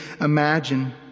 imagine